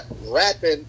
Rapping